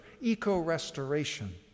eco-restoration